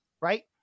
right